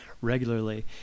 regularly